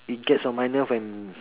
it gets on my nerves when